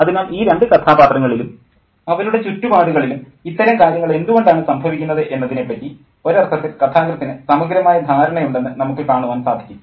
അതിനാൽ ഈ രണ്ട് കഥാപാത്രങ്ങളിലും അവരുടെ ചുറ്റുപാടുകളിലും ഇത്തരം കാര്യങ്ങൾ എന്തുകൊണ്ടാണ് സംഭവിക്കുന്നത് എന്നതിനെപ്പറ്റി ഒരർത്ഥത്തിൽ കഥാകൃത്തിന് സമഗ്രമായ ധാരണയുണ്ടെന്ന് നമുക്ക് കാണുവാൻ സാധിക്കും